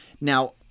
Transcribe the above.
Now